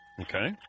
Okay